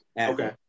Okay